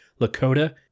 Lakota